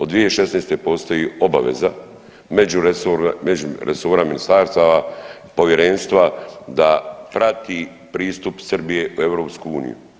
Od 2016. postoji obaveza međuresora ministarstava povjerenstva da prati pristup Srbije u EU.